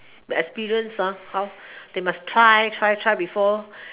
experience how they must try try try before